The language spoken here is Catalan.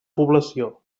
població